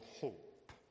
hope